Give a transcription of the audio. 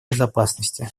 безопасности